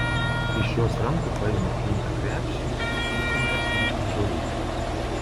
iš jos rankų paimu pintą krepšį ir sukame į ąžuolyną